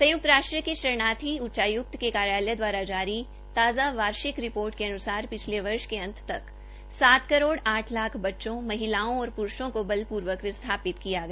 संय्क्त राष्ट्र के शरणार्थी उच्चाय्क्त के कार्यालय द्वारा जारी ताज़ा वार्षिक रिपोर्ट के अन्सार पिछले वर्ष के अंत तक सात करोड़ आठ लाख बच्चों महिलाओं और प्रूषों का बलपूर्वक विस्थापित किया गया